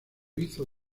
hizo